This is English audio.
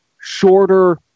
shorter